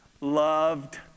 loved